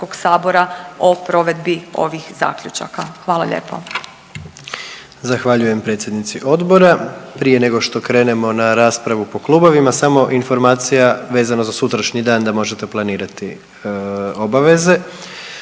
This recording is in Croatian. o provedbi ovih zaključaka. Hvala lijepo.